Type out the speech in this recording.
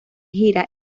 gira